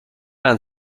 and